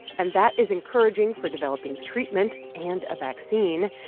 and that is encouraging for developing treatment and a vaccine.